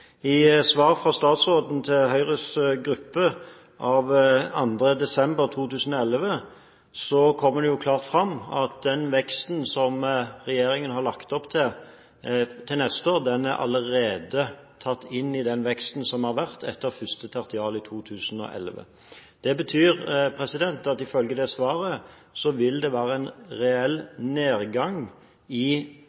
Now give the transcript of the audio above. I svar fra statsråden til Høyres gruppe av 2. desember 2011 kommer det klart fram at den veksten som regjeringen har lagt opp til til neste år, allerede er tatt inn i den veksten som har vært etter første tertial i 2011. Ifølge det svaret vil det altså være en reell